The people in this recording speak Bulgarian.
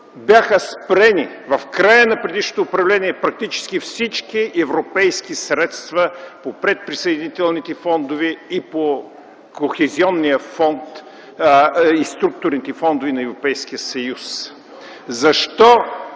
бяха спрени в края на предишното управление практически всички европейски средства по предприсъединителните фондове и по структурните фондове на Европейския съюз? Защо